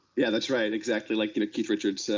yeah, that's right, exactly, like you know keith richards.